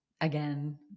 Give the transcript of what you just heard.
again